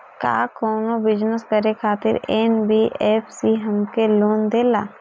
का कौनो बिजनस करे खातिर एन.बी.एफ.सी हमके लोन देला?